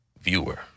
viewer